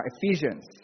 Ephesians